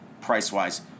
price-wise